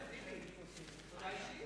התרבות והספורט נתקבלה.